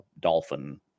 dolphin